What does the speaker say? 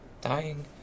dying